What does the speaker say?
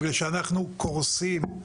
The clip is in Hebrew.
בגלל שאנחנו קורסים.